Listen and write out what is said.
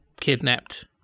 kidnapped